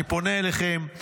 אני פונה אליכם,